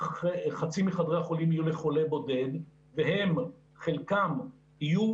חצי מחדרי החולים יהיו לחולה בודד וחלקם יהיו